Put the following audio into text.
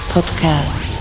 Podcast